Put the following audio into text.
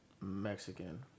Mexican